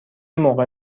موقع